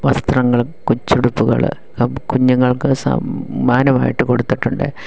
വസ്ത്രങ്ങൾ കൊച്ചുടുപ്പുകൾ കുഞ്ഞുങ്ങൾക്കു സമ്മാനം ആയിട്ട് കൊടുത്തിട്ടുണ്ട്